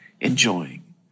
enjoying